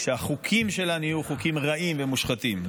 כשהחוקים שלה נהיו חוקים רעים ומושחתים,